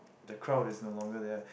the crowd is no longer there